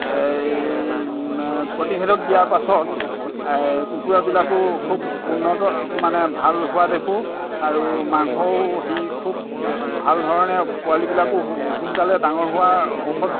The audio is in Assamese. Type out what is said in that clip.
এই প্ৰতিষেধক দিয়াৰ পাছত কুকুৰাবিলাকো খুব উন্নত মানে ভাল হোৱা দেখোঁ আৰু মাংস সি খুব ভাল ধৰণে পোৱালিবিলাকো সোনকালে ডাঙৰ হোৱা ঔষধ